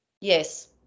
Yes